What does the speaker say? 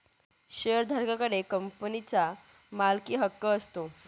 शेअरधारका कडे कंपनीचा मालकीहक्क असतो